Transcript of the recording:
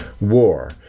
war